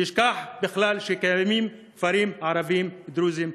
וישכח בכלל שקיימים כפרים ערביים דרוזיים,